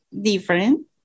different